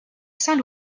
saint